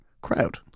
crowd